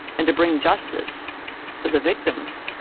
and to bring justice to the victims,